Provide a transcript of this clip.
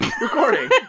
recording